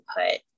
input